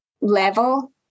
level